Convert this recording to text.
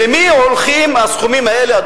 אדוני שר האוצר, למי הולכים הסכומים האלה?